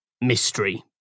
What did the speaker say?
mystery